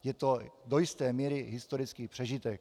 Je to do jisté míry historický přežitek.